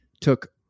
took